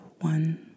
one